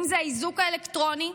אם זה האיזוק האלקטרוני,